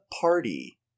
party